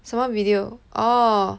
什么 video orh